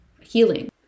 healing